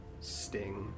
sting